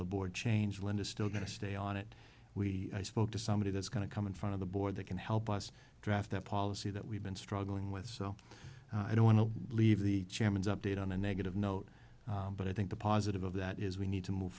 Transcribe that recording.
the board change linda still going to stay on it we i spoke to somebody that's going to come in front of the board that can help us draft that policy that we've been struggling with so i don't want to leave the chairman's update on a negative note but i think the positive of that is we need to move